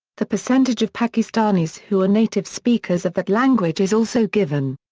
the percentage of pakistanis who are native speakers of that language is also given.